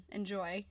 enjoy